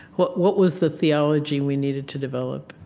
what what was the theology we needed to develop?